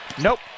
nope